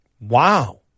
Wow